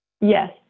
yes